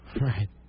Right